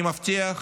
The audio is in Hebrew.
אני מבטיח